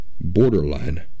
borderline